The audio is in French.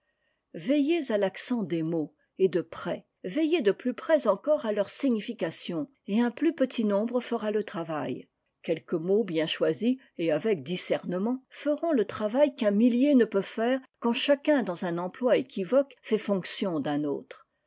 veillez à l'accent des mots et de près veillez de plus près encore à leur signification et un plus petit nombre fera le travail quelques mots bien choisis et avec discernement r feront le travail qu'un millier ne peut faire quand chacun dans un emploi équivoque fait fonction d'un autre